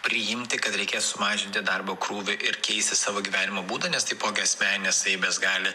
priimti kad reikės sumažinti darbo krūvį ir keisti savo gyvenimo būdą nes taipogi asmeninės savybės gali